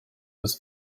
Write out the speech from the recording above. was